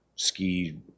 Ski